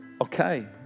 Okay